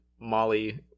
Molly